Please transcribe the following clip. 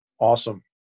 Awesome